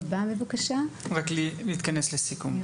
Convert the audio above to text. רק להתכנס לסיכום, בבקשה.